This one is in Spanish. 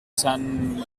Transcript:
san